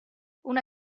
una